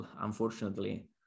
unfortunately